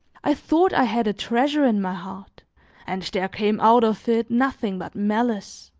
i thought i had a treasure in my heart and there came out of it nothing but malice,